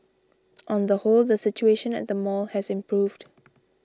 on the whole the situation at the mall has improved